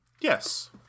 Yes